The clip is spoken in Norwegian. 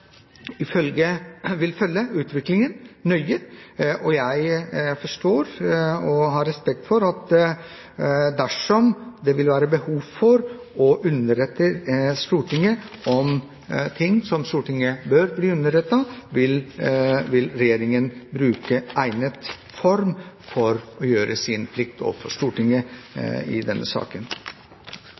følge utviklingen nøye, og jeg forstår og har respekt for at dersom det vil være behov for å underrette Stortinget om ting som Stortinget bør bli underrettet om, vil regjeringen gjøre sin plikt overfor Stortinget i egnet form i denne saken.